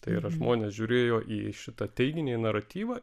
tai yra žmonės žiūrėjo į šitą teiginį į naratyvą